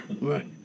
right